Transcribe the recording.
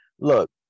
look